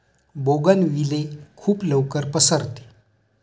bougainvillea खूप लवकर पसरते